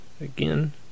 again